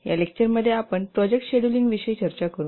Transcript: या लेक्चरमध्ये आपण प्रोजेक्ट शेड्यूलिंग विषयी चर्चा करू